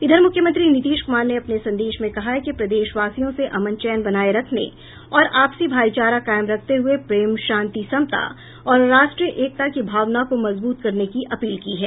इधर मुख्यमंत्री नीतीश कुमार ने अपने संदेश में कहा है कि प्रदेशवासियों से अमन चैन बनाये रखने और आपसी भाईचारा कायम रखते हुए प्रेम शांति समता और राष्ट्रीय एकता की भावना को मजबूत करने की अपील की है